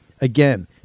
Again